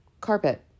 carpet